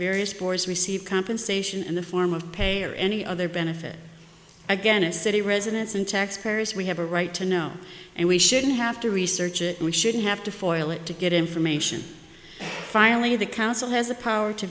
various boards receive compensation in the form of pay or any other benefit again a city residents and taxpayers we have a right to know and we shouldn't have to research it we should have to foil it to get information finally the council has the power to